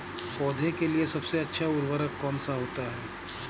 पौधे के लिए सबसे अच्छा उर्वरक कौन सा होता है?